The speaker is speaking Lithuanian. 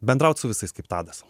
bendraut su visais kaip tadas